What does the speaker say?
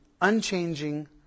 unchanging